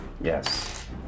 Yes